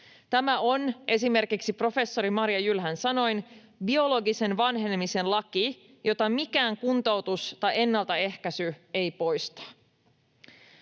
Tämä on esimerkiksi professori Marja Jylhän sanoin biologisen vanhenemisen laki, jota mikään kuntoutus tai ennaltaehkäisy ei poista.